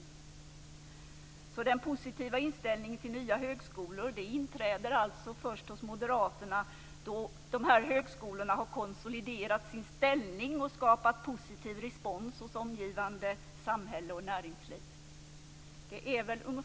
Den slutsats som man kan dra är att en positiv inställning till nya högskolor inträder hos moderaterna först då dessa har konsoliderat sin ställning och skapat positiv respons hos omgivande samhälle och näringsliv.